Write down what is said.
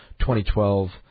2012